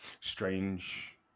strange